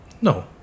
No